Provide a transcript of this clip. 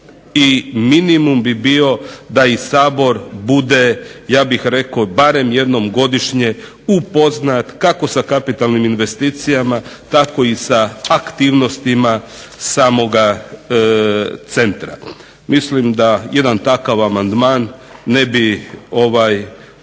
i minimum bi bio da i Sabor bude ja bih rekao barem jednom godišnje upoznat kako sa kapitalnim investicijama, tako i sa aktivnostima samoga centra. Mislim da jedan takav amandman ne bi